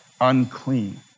unclean